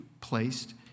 placed